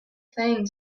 thing